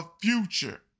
future